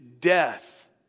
death